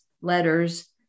letters